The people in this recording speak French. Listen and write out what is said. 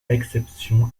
exception